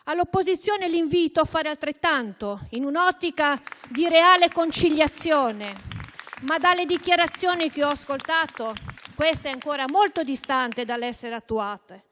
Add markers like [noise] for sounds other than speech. l'opposizione a fare altrettanto, in un'ottica di reale conciliazione, [applause] ma dalle dichiarazioni che ho ascoltato questa è ancora molto distante dall'essere attuata.